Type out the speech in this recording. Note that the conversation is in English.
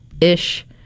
ish